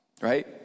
right